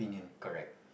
correct